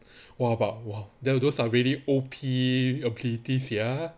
!wah! but !wow! those are really O_P abilities sia